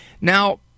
Now